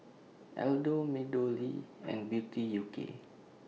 Aldo Meadowlea and Beauty U K